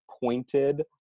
pointed